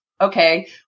okay